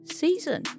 season